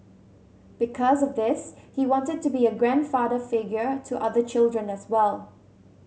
because of this he wanted to be a grandfather figure to other children as well